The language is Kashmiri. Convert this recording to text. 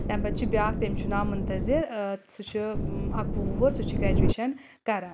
تَمہِ پَتہٕ چھُ بیاکھ تٔمِس چھُ ناو مُنتظِر سُہ چھُ اکہٕ وُہ وُہُر سُہ چھُ گرِیٚجوَیٚشَن کَران